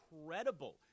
incredible